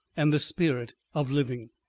and the spirit of living.